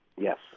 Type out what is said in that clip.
Yes